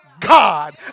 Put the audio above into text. God